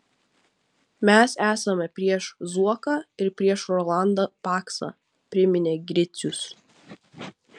mes esame prieš zuoką ir prieš rolandą paksą priminė gricius